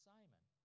Simon